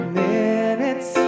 minutes